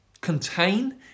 contain